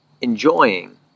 enjoying